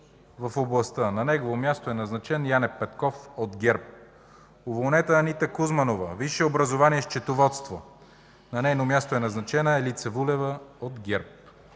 в областта. На негово място е назначен Яне Петков от ГЕРБ. Уволнена: Анита Кузманова. Висше образование счетоводство. На нейно място е назначена Елица Вулева от ГЕРБ.